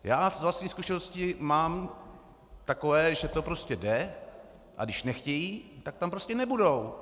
Já vlastní zkušenosti mám takové, že to prostě jde, a když nechtějí, tak tam prostě nebudou.